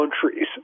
countries